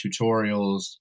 tutorials